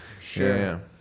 sure